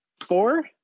Four